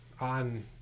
on